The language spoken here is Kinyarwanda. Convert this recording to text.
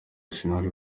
arsenal